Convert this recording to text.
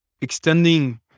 extending